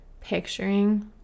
picturing